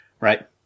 Right